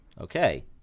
Okay